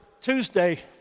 Tuesday